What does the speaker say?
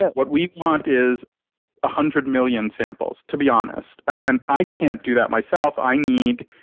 yeah what we want is a hundred million samples, to be honest. i and i can't do that myself. i need